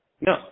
No